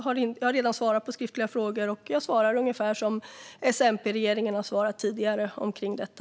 Jag har redan svarat på skriftliga frågor, och jag svarar ungefär som S-MP-regeringen har svarat tidigare omkring detta.